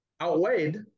outweighed